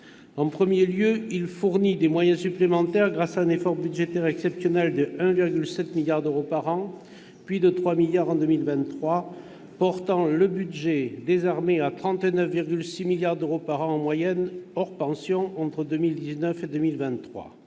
En premier lieu, il fournit des moyens supplémentaires grâce à un effort budgétaire exceptionnel de 1,7 milliard d'euros par an, puis de 3 milliards en 2023, portant le budget des armées à 39,6 milliards d'euros par an en moyenne, hors pensions, entre 2019 et 2023,